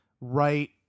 right